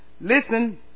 Listen